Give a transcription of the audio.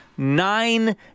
Nine